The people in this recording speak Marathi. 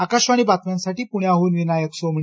आकाशवाणी बातम्यांसाठी प्ण्याहून विनायक सोमणी